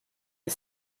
the